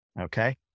Okay